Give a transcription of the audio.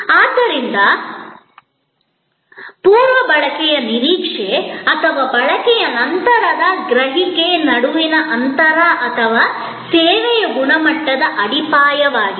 ಆದ್ದರಿಂದ ಪೂರ್ವ ಬಳಕೆಯ ನಿರೀಕ್ಷೆ ಮತ್ತು ಬಳಕೆಯ ನಂತರದ ಗ್ರಹಿಕೆ ನಡುವಿನ ಅಂತರ ಅಥವಾ ಸೇವೆಯ ಗುಣಮಟ್ಟದ ಅಡಿಪಾಯವಾಗಿದೆ